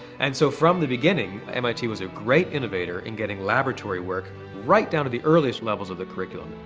and so from the beginning, mit was a great innovator in getting laboratory work right down to the earliest levels of the curriculum.